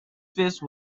face